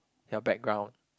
your background